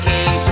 King